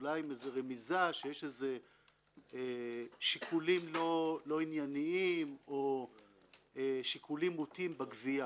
אולי עם איזו רמיזה שיש שיקולים לא ענייניים או שיקולים מוטעים בגבייה.